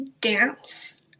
dance